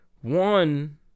One